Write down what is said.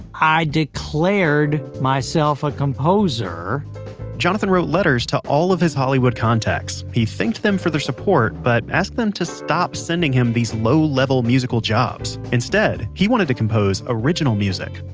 i declared myself a composer jonathan wrote letters to all of his hollywood contacts. he thanked them for their support, but asked them to stop sending him these low-level musical jobs. instead, he wanted to compose original music.